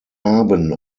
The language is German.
haben